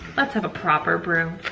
let's have a proper brew.